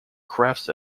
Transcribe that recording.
crafts